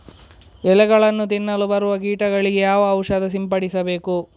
ಎಲೆಗಳನ್ನು ತಿನ್ನಲು ಬರುವ ಕೀಟಗಳಿಗೆ ಯಾವ ಔಷಧ ಸಿಂಪಡಿಸಬೇಕು?